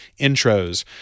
intros